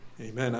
amen